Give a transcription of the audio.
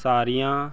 ਸਾਰੀਆਂ